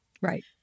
right